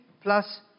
plus